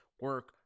Work